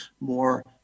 more